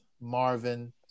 Marvin